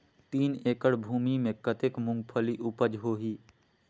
तीन एकड़ भूमि मे कतेक मुंगफली उपज होही?